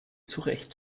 zurecht